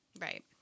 Right